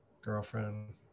girlfriend